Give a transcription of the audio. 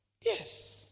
Yes